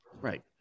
Right